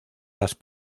las